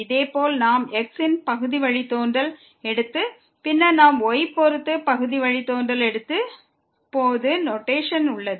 இதேபோல் நாம் x ன் பகுதி வழித்தோன்றல் எடுத்து பின்னர் நாம் y பொறுத்து பகுதி வழித்தோன்றல் எடுத்தால் நமக்கு நொட்டேஷன் கிடைக்கிறது